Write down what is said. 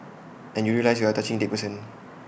and you realise you are touching A dead person